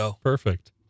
Perfect